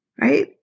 right